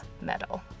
medal